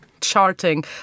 charting